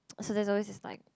so there's always this like